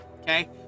okay